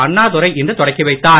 அண்ணாதுரை இன்று தொடங்கி வைத்தார்